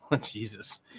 Jesus